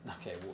Okay